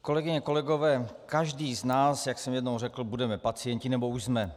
Kolegyně a kolegové, každý z nás, jak jsem jednou řekl, budeme pacienti, nebo už jsme.